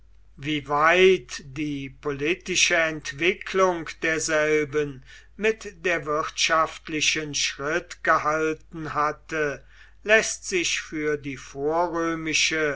wie weit die politische entwicklung derselben mit der wirtschaftlichen schritt gehalten hatte läßt sich für die